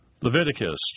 Leviticus